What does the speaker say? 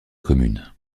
commune